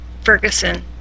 Ferguson